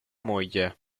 moglie